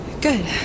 Good